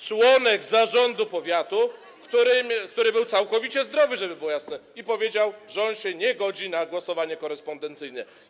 członek zarządu powiatu, który był całkowicie zdrowy, żeby było jasne, i powiedział, że on się nie godzi na głosowanie korespondencyjne.